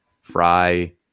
Fry